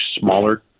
smaller